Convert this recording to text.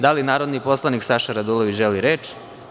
Da li narodni poslanik Saša Radulović želi reč?